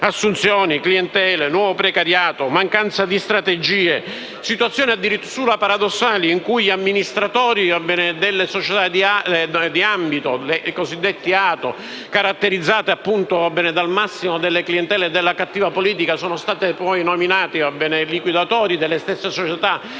Assunzioni, clientele, nuovo precariato, mancanza di strategie, situazioni addirittura paradossali, in cui gli amministratori delle società di ambito, le cosiddette ATO, caratterizzate dal massimo delle clientele e della cattiva politica, sono stati, poi, nominati liquidatori delle stesse società,